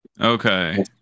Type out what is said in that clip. Okay